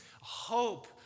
hope